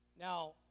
Now